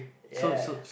ya